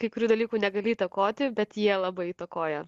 kai kurių dalykų negali įtakoti bet jie labai įtakoja